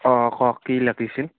অ' কওক কি লাগিছিল